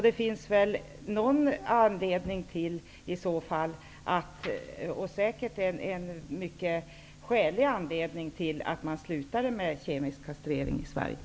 Det finns väl någon anledning till att man slutade med kemisk kastrering i Sverige, och det var säkert en mycket skälig anledning.